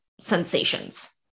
sensations